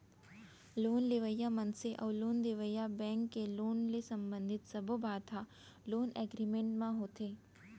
loan लेवइया मनसे अउ लोन देवइया बेंक के लोन ले संबंधित सब्बो बात ह लोन एगरिमेंट म होथे